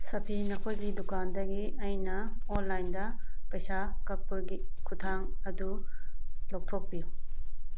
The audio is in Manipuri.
ꯁꯐꯤ ꯅꯈꯣꯏꯒꯤ ꯗꯨꯀꯥꯟꯗꯒꯤ ꯑꯩꯅ ꯑꯣꯟꯂꯥꯏꯟꯗ ꯄꯩꯁꯥ ꯀꯛꯄꯒꯤ ꯈꯨꯠꯊꯥꯡ ꯑꯗꯨ ꯂꯧꯊꯣꯛꯄꯤꯌꯨ